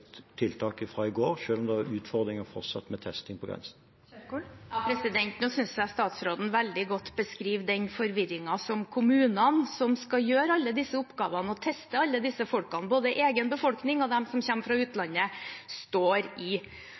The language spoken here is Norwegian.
i går selv om det fortsatt var utfordringer med testing på grensen. Nå synes jeg statsråden veldig godt beskriver den forvirringen som kommunene som skal gjøre alle disse oppgavene – teste alle disse folkene, både egen befolkning og dem som kommer fra utlandet – står i.